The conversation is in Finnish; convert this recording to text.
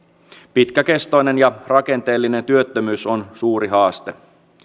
pitkäkestoinen ja rakenteellinen työttömyys on suuri haaste